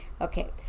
Okay